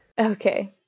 Okay